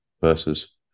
versus